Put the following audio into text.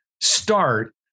start